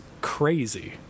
crazy